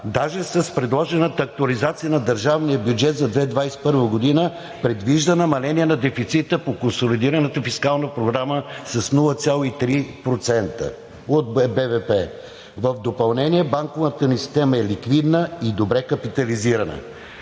даже с предложената актуализация на държавния бюджет за 2021 г. предвижда намаление на дефицита по консолидираната фискална програма с 0,3% от БВП. В допълнение – банковата ни система е ликвидна и добре капитализирана.